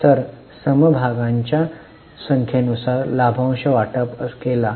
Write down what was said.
तर समभागांच्या संख्ये नुसार लाभांश वाटप केला